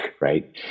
right